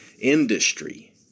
industry